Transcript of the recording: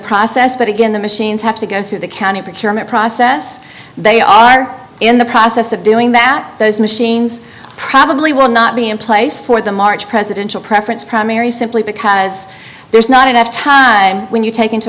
process but again the machines have to go through the county procurement process they are in the process of doing that those machines probably will not be in place for the march presidential preference primary simply because there's not enough time when you take into